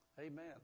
Amen